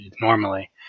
normally